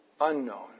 unknown